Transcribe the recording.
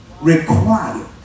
Required